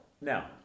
Now